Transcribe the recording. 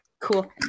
cool